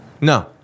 No